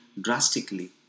drastically